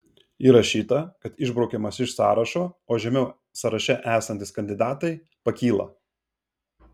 įrašyta kad išbraukiamas iš sąrašo o žemiau sąraše esantys kandidatai pakyla